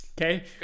Okay